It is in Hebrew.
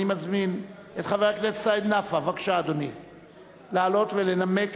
אני מזמין את חבר הכנסת סעיד נפאע לעלות ולנמק